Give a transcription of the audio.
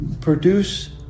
produce